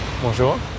Bonjour